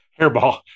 hairball